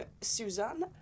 Suzanne